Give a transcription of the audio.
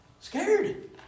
scared